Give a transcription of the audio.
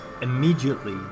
immediately